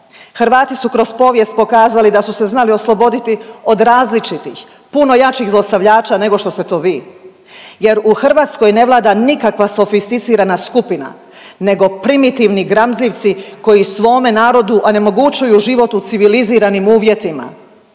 Hrvati su kroz povijest pokazali da su se znali osloboditi od različitih, puno jačih zlostavljača nego što ste to vi jer u Hrvatskoj ne vlada nikakva sofisticirana skupina nego primitivni gramzljivci koji svome narodu onemogućuju život u civiliziranim uvjetima.